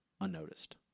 unnoticed